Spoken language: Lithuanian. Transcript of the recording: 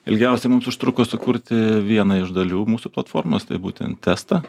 ilgiausia mums užtruko sukurti vieną iš dalių mūsų platformos tai būtent testą